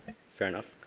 fair enough.